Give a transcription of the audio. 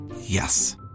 Yes